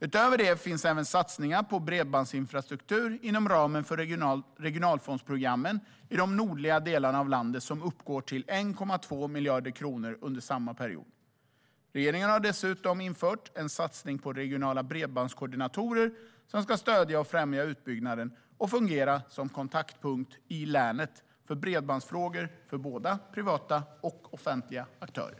Utöver det finns även satsningar på bredbandsinfrastruktur i de nordliga delarna av landet inom ramen för regionalfondsprogrammen. Dessa satsningar uppgår till 1,2 miljarder kronor under samma period. Regeringen har dessutom infört en satsning på regionala bredbandskoordinatorer som ska stödja och främja utbyggnaden och fungera som kontaktpunkter för bredbandsfrågor i respektive län för både privata och offentliga aktörer.